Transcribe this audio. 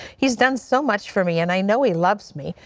he has done so much for me and i know he loves me,